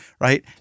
right